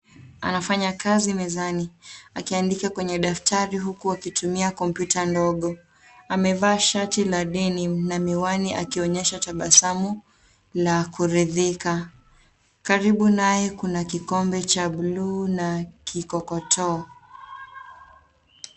Anafanya kazi mezani akiandikia kwenye daftari huku akitumia kompyuta ndogo. Amevaa shati la denim na miwani akionyesha tabasamu na kuridhika. Karibu naye kuna kikombe cha bluu na kikokotoo.